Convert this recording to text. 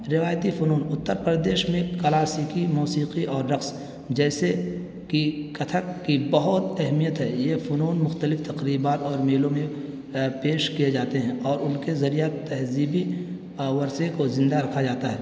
روایتی فنون اتر پردیش میں کلاسیکی موسیقی اور رقص جیسے کہ کتھک کی بہت اہمیت ہے یہ فنون مختلف تقریبات اور میلوں میں پیش کیے جاتے ہیں اور ان کے ذریعہ تہذیبی ورثے کو زندہ رکھا جاتا ہے